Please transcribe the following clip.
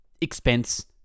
expense